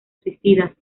suicidas